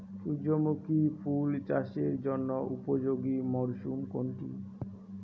সূর্যমুখী ফুল চাষের জন্য উপযোগী মরসুম কোনটি?